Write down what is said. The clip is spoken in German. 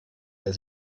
der